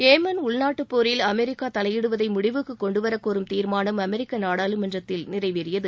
Yemen உள்நாட்டுப்போரில் America தலையிடுவதை முடிவுக்கு கொண்டு வரக்கோரும் தீர்மானம் அமெரிக்க நாடாளுமன்றத்தில் நிறைவேறியது